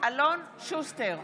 אלון שוסטר,